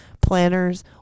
Planners